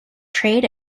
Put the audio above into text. trade